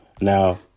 Now